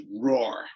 Roar